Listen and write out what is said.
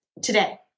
Today